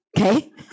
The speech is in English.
okay